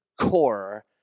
core